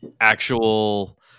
actual